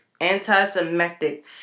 Anti-Semitic